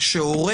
שהורה